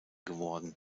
geworden